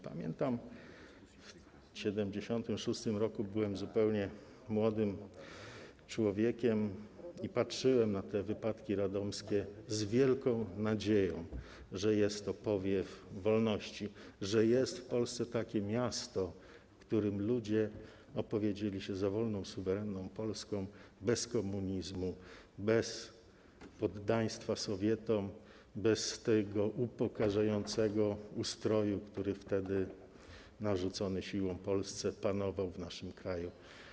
Pamiętam w 1976 r. byłem zupełnie młodym człowiekiem i patrzyłem na wypadki radomskie z wielką nadzieją - że jest to powiew wolności, że jest w Polsce takie miasto, w którym ludzie opowiedzieli się za wolną, suwerenną Polską, bez komunizmu, bez poddaństwa Sowietom, bez tego upokarzającego ustroju, który wtedy, narzucony Polsce siłą, panował w naszym kraju.